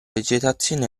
vegetazione